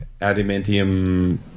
adamantium